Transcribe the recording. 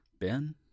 Ben